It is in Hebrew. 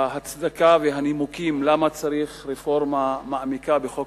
ההצדקה והנימוקים למה צריך רפורמה מעמיקה בחוק